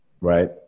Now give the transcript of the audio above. right